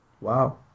Wow